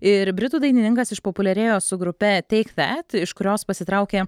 ir britų dainininkas išpopuliarėjo su grupe teik tet iš kurios pasitraukė